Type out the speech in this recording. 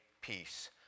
peace